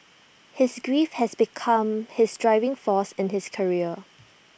his grief has become his driving force in his career